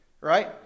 right